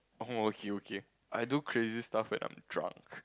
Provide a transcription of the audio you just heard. oh okay okay I do crazy stuffs when I'm drunk